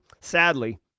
sadly